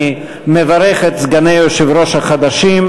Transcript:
רות קלדרון,